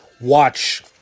watch